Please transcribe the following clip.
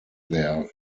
their